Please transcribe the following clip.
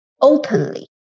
openly